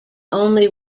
only